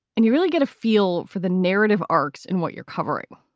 and you really get a feel for the narrative arcs and what you're covering.